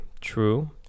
true